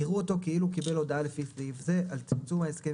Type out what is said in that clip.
יראו אותו כאילו קיבל הודעה לפי סעיף זה על צמצום ההסכם